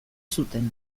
zuten